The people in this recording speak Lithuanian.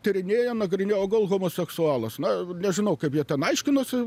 tyrinėja nagrinėja o gal homoseksualas na nežinau kaip jie ten aiškinosi